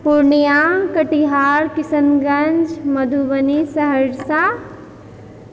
Purnia Katihar Kishanganj Madhubani Saharsa